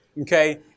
Okay